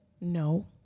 No